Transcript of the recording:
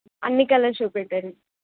అన్ని కలర్స్ చూపెట్టండి